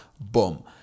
Boom